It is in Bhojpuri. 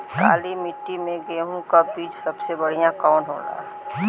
काली मिट्टी में गेहूँक सबसे बढ़िया बीज कवन होला?